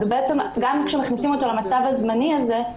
אז גם כשמכניסים אותו למצב הזמני הזה,